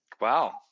Wow